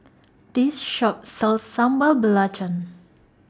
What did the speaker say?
This Shop sells Sambal Belacan